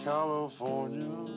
California